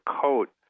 coat